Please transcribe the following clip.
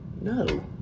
No